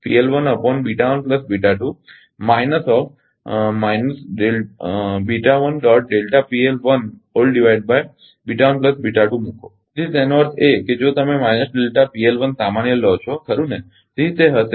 તેથી તેનો અર્થ એ છે કે જો તમે સામાન્ય લો છો ખરુ ને